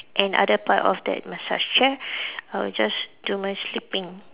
and other part of that massage chair I will just do my sleeping